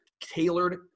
tailored